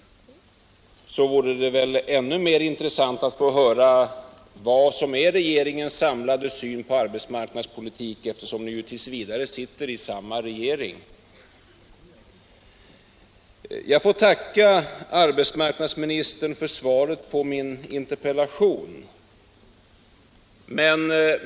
Det vore av värde att få höra vad som är regeringens samlade syn på arbetsmarknadspolitiken: ni sitter ju t. v. i samma regering. Jag får tacka arbetsmarknadsministern för svaret på min interpellation.